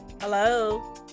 hello